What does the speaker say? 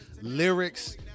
lyrics